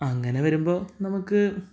അങ്ങനെ വരുമ്പോൾ നമുക്ക്